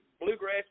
bluegrass